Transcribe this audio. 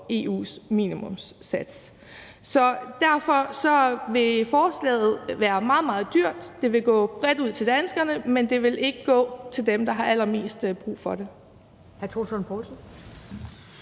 EU's minimumssats. Så derfor vil forslaget være meget, meget dyrt, og det vil gå bredt ud til danskerne, men det vil ikke gå til dem, der har allermest brug for det.